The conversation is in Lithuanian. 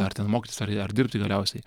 ar ten mokytis ar ar dirbti galiausiai